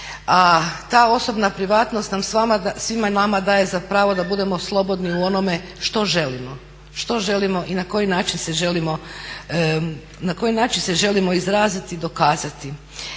A ta osobna privatnost svima nama daje za pravo da budemo slobodni u onome što želimo i na koji način se želimo izraziti i dokazati.